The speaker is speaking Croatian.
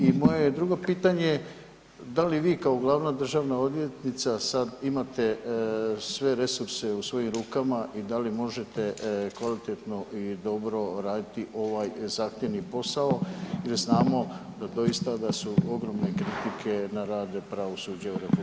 I moje je drugo pitanje, da li vi kao glavna državna odvjetnica sad imate sve resurse u svojim rukama i da li možete kvalitetno i dobro raditi ovaj zahtjevni posao jer znamo da doista da su ogromne kritike na rad pravosuđa u RH?